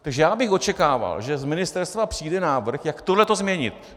Takže já bych očekával, z ministerstva přijde návrh, jak toto změnit.